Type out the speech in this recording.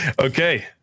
Okay